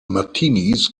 martinis